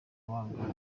abangavu